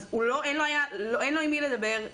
אין לו עם מי לדבר,